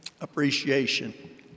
appreciation